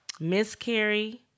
Miscarry